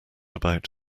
about